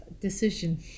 Decision